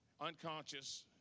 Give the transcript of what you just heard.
unconscious